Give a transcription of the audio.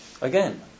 Again